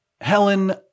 Helen